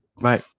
Right